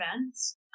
events